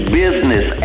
business